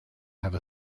have